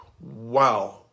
Wow